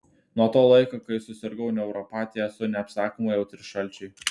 nuo to laiko kai susirgau neuropatija esu neapsakomai jautri šalčiui